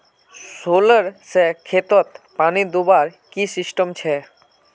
Solar से खेतोत पानी दुबार की सिस्टम छे?